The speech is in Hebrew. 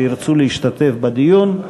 שירצו להשתתף בדיון.